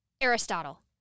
Aristotle